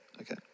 Okay